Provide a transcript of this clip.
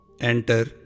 enter